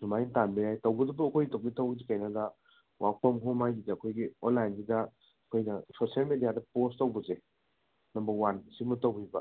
ꯁꯨꯃꯥꯏ ꯇꯥꯟꯕ ꯌꯥꯏ ꯇꯧꯕꯇꯕꯨ ꯑꯩꯈꯣꯏ ꯇꯧꯗꯣꯏ ꯊꯕꯛꯁꯦ ꯀꯩꯅꯣ ꯍꯥꯏꯕꯗ ꯋꯥꯛ ꯐ꯭ꯔꯣꯝ ꯍꯣꯝ ꯍꯥꯏꯁꯤꯗ ꯑꯩꯈꯣꯏꯒꯤ ꯑꯣꯟꯂꯥꯏꯟꯁꯤꯗ ꯑꯩꯈꯣꯏꯅ ꯁꯣꯁꯦꯜ ꯃꯦꯗꯤꯌꯥꯗ ꯄꯣꯁ ꯇꯧꯕꯁꯦ ꯅꯝꯕꯔ ꯋꯥꯟ ꯁꯤꯃ ꯇꯧꯕꯤꯕ